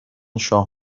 شاه